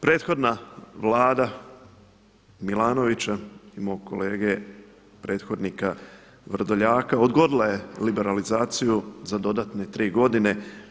Prethodna Vlada Milanovića i mog kolege prethodnika Vrdoljaka, odgodila liberalizaciju za dodatne 3 godine.